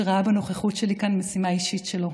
שראה בנוכחות שלי כאן משימה אישית שלו.